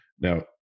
Now